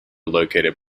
located